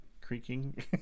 creaking